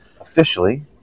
officially